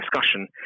discussion